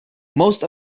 most